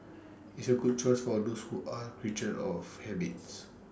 it's A good choice for those who are creatures of habits